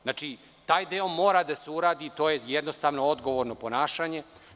Znači, taj deo mora da se uredi i to je jednostavno odgovorno ponašanje.